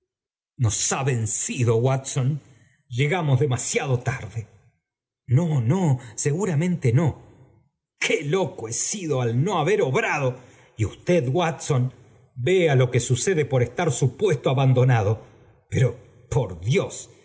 nos ha vencido watson llegamos demasiado tarde no no seguramente no i j qué loco he sido al no haber obrado y usted watson i vea lo que sucede por estar su puesto abandonado pero por dios